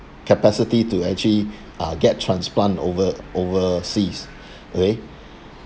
capacity to actually uh get transplant over overseas okay